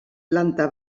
planta